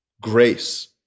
grace